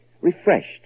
refreshed